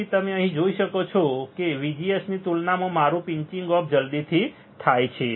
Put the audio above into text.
તેથી તમે અહીં જોઈ શકો છો કે VGS ની તુલનામાં મારુ પિંચિંગ ઑફ જલ્દીથી થાય છે